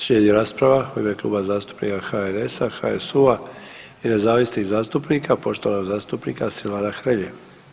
Slijedi rasprava u ime Kluba zastupnika HNS-a, HSU-a i Nezavisnih zastupnika poštovanog zastupnika Silvana Hrelje.